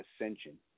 ascension